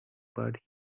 but